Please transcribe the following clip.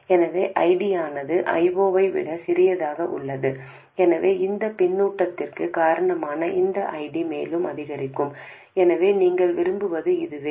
எனவே ஐடியானது I0 ஐ விட சிறியதாக உள்ளது எனவே இந்த பின்னூட்டத்தின் காரணமாக இந்த ID மேலும் அதிகரிக்கும் எனவே நீங்கள் விரும்புவது இதுவே